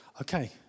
Okay